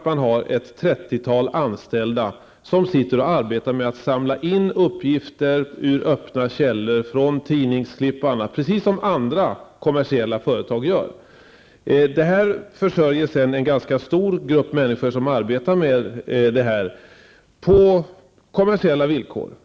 Man har ett trettiotal anställda som arbetar med att samla in uppgifter ur öppna källor, från tidningsurklipp o.d., precis som man gör i andra kommersiella företag. Denna verksamhet försörjer sedan en stor grupp människor som arbetar med detta på kommersiella villkor.